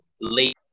late